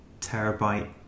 terabyte